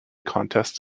contests